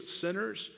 sinners